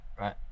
right